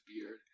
beard